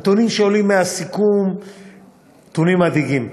הנתונים שעולים מהסיכום הם מדאיגים,